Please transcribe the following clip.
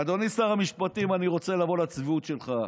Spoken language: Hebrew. אדוני שר המשפטים, אני רוצה לעבור לצביעות שלך.